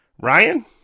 Ryan